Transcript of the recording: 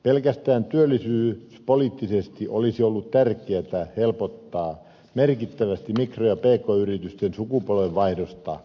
pelkästään työllisyyspoliittisesti olisi ollut tärkeätä helpottaa merkittävästi mikro ja pk yritysten sukupolvenvaihdosta